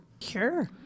Sure